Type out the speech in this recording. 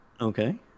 Okay